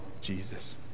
Jesus